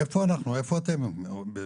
איפה אנחנו, איפה אתם בזה?